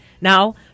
Now